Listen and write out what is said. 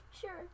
Sure